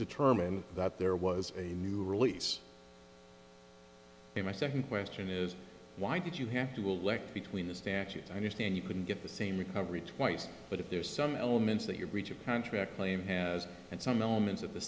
determined that there was a new release in my second question is why did you have to will link between the statute i understand you can get the same recovery twice but if there's some elements that your breach of contract claim has and some elements of the